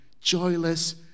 joyless